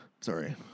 sorry